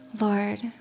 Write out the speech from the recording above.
Lord